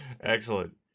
Excellent